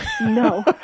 No